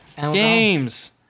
Games